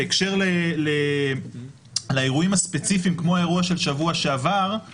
בהקשר לאירועים הספציפיים כמו האירוע של שבוע שעבר,